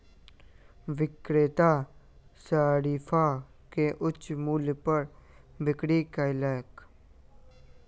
विक्रेता शरीफा के उच्च मूल्य पर बिक्री कयलक